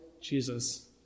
Jesus